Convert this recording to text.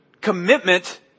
commitment